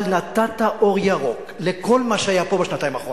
אבל נתת אור ירוק לכל מה שהיה פה בשנתיים האחרונות.